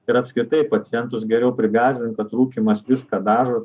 ir apskritai pacientus geriau prigąsdinti kad rūkymas viską dažo